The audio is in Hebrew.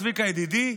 צביקה ידידי,